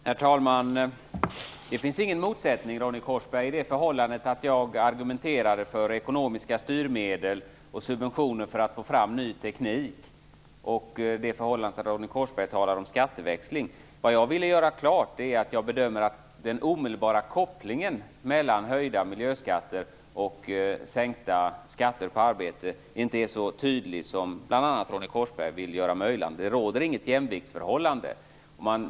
Herr talman! Det finns ingen motsättning, Ronny Korsberg, mellan det förhållandet att jag argumenterar för ekonomiska styrmedel och subventioner för att få fram ny teknik och det förhållandet att Ronny Korsberg talar om skatteväxling. Vad jag ville göra klart är att jag bedömer att den omedelbara kopplingen mellan höjda miljöskatter och sänkta skatter på arbete inte är så tydlig som bl.a. Ronny Korsberg vill göra gällande. Det råder inget jämviktsförhållande.